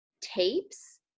tapes